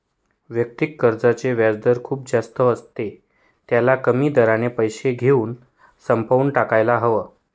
वैयक्तिक कर्जाचे व्याजदर खूप जास्त असते, त्याला कमी दराने पैसे घेऊन संपवून टाकायला हव